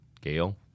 Gail